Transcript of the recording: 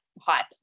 hype